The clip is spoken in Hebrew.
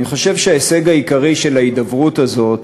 אני חושב שההישג העיקרי של ההידברות הזאת